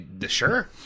Sure